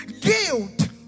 Guilt